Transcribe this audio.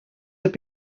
have